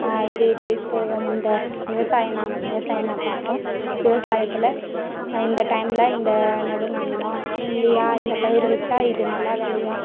இது இப்படி போவும் இந்த விவசாயம் நாங்கள் விவசாயம் தான் பார்ப்போம் விவசாயத்தில் இந்த டைம்மில் இந்த நடவு நடணும் இல்லையா இந்த பயிர் வச்சா இது நல்லா விளையும்